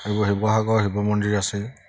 শিৱ শিৱসাগৰ শিৱ মন্দিৰ আছে